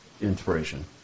inspiration